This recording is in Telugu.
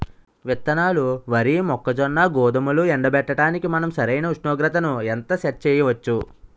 విత్తనాలు వరి, మొక్కజొన్న, గోధుమలు ఎండబెట్టడానికి మనం సరైన ఉష్ణోగ్రతను ఎంత సెట్ చేయవచ్చు?